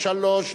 שלוש דקות.